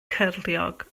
cyrliog